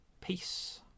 peace